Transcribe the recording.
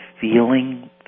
feeling